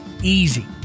easy